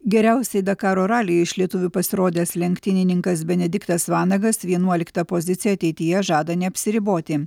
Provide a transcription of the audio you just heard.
geriausiai dakaro ralyje iš lietuvių pasirodęs lenktynininkas benediktas vanagas vienuolikta pozicija ateityje žada neapsiriboti